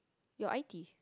your I_T